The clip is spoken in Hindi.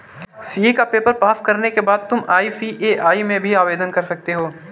सी.ए का पेपर पास करने के बाद तुम आई.सी.ए.आई में भी आवेदन कर सकते हो